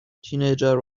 teenager